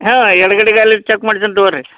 ಹಾಂ ಎಡಗಡೆ ಗಾಳಿ ಚೆಕ್ ಮಾಡ್ಸಿನಿ ತಗೋರಿ